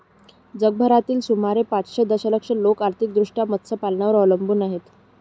जगभरातील सुमारे पाचशे दशलक्ष लोक आर्थिकदृष्ट्या मत्स्यपालनावर अवलंबून आहेत